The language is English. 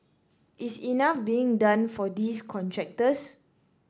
is enough being done for these contractors